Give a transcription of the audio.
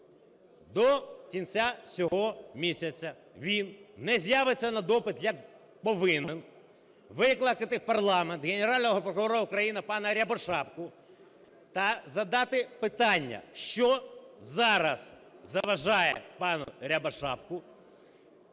до кінця цього місяця він не з'явиться на допит, як повинен, викликати в парламент Генерального прокурора України пана Рябошапку та задати питання: що зараз заважає пану Рябошапці